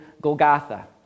Golgotha